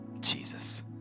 jesus